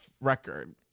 record